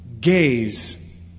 gaze